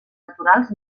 naturals